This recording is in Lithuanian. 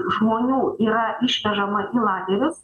žmonių yra išvežama į lagerius